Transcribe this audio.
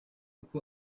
koko